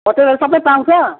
होटेलहरू सबै पाउँछ